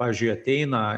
pavyzdžiui ateina